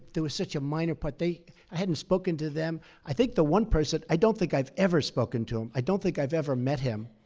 they were such a minor part i hadn't spoken to them. i think the one person, i don't think i've ever spoken to him. i don't think i've ever met him.